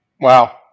Wow